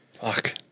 Fuck